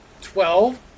twelve